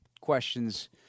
questions